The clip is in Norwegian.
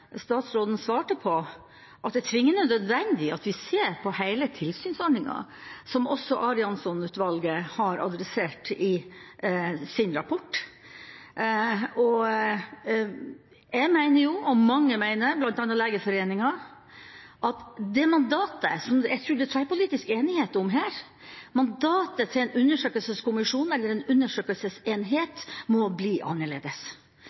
statsråden svarte på: at det er tvingende nødvendig at vi ser på hele tilsynsordningen, som også Arianson-utvalget har adressert i sin rapport. Jeg mener – og mange mener det, bl.a. Legeforeningen – at det mandatet, som jeg tror det er tverrpolitisk enighet om her, til en undersøkelseskommisjon eller en undersøkelsesenhet må bli annerledes.